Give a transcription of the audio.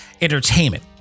entertainment